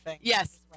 Yes